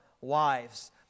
wives